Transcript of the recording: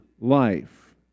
life